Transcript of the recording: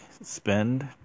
spend